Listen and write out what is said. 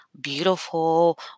beautiful